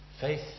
Faith